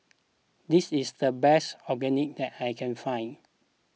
this is the best Onigiri that I can find